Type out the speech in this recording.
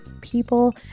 people